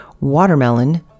watermelon